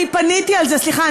סליחה,